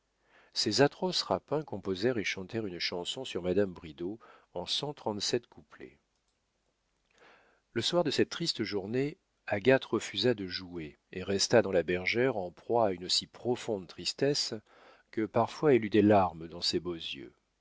ces atroces rapins composèrent et chantèrent une chanson sur madame bridau en cent trente-sept couplets le soir de cette triste journée agathe refusa de jouer et resta dans la bergère en proie à une si profonde tristesse que parfois elle eut des larmes dans ses beaux yeux